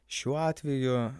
šiuo atveju